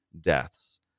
deaths